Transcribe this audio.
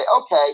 okay